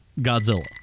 godzilla